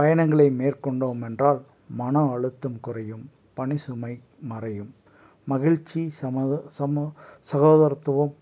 பயணங்களை மேற்கொண்டோமென்றால் மன அழுத்தம் குறையும் பணிசுமை மறையும் மகிழிச்சி சம சம சகோதரத்துவம்